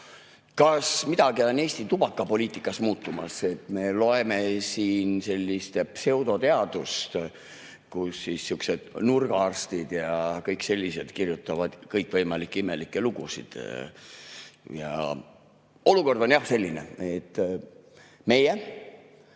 kas midagi on Eesti tubakapoliitikas muutumas. Me loeme siin sellist pseudoteadust, kus sihukesed nurgaarstid ja kõik sellised kirjutavad kõikvõimalikke imelikke lugusid. Olukord on jah selline, et meie,